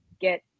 get